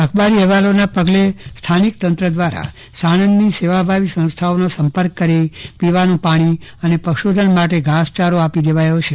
અખબારી અહેવાલોના પગલે સ્થાનિક તંત્ર દ્વારા સાણંદની સેવાભાવી સંસ્થાઓનો સંપર્ક કરી પીવાનું પાણી અને પશુધન માટે ઘાસચારો આપી દેવાયો છે